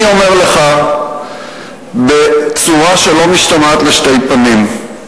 אני אומר לך בצורה שלא משתמעת לשתי פנים,